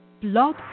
Blog